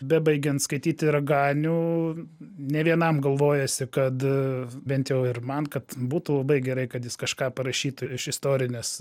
bebaigiant skaityti raganių ne vienam galvojasi kad bent jau ir man kad būtų labai gerai kad jis kažką parašytų iš istorinės